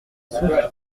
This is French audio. souffle